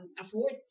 afford